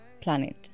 planet